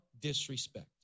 disrespect